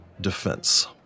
defense